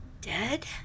Dead